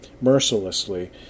mercilessly